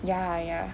ya ya